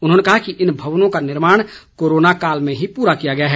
उन्होंने कहा कि इन भवनों का निर्माण कोरोना काल में ही पूरा किया गया है